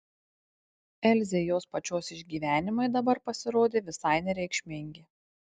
elzei jos pačios išgyvenimai dabar pasirodė visai nereikšmingi